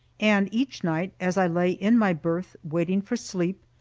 and each night, as i lay in my berth, waiting for sleep,